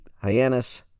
Hyannis